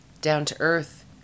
down-to-earth